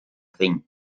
thing